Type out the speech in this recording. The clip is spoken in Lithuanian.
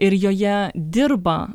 ir joje dirba